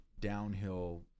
downhill